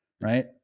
right